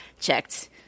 checked